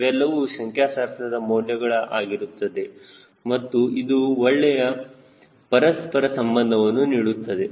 ಇವೆಲ್ಲವೂ ಸಂಖ್ಯಾಶಾಸ್ತ್ರದ ಮೌಲ್ಯಗಳ ಆಗಿರುತ್ತದೆ ಮತ್ತು ಇದು ಒಳ್ಳೆಯ ಪರಸ್ಪರ ಸಂಬಂಧವನ್ನು ನೀಡುತ್ತದೆ